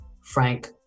Frank